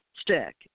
stick